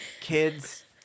kids